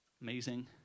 amazing